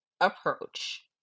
approach